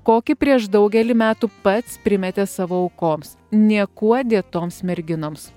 kokį prieš daugelį metų pats primetė savo aukoms niekuo dėtoms merginoms